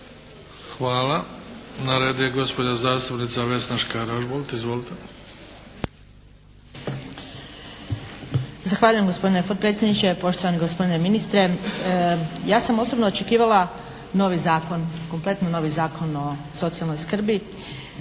Hvala. Na redu je gospođa zastupnica Vesna Škare Ožbolt. Izvolite!